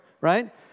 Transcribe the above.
right